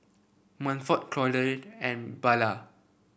Manford Claudette and Bella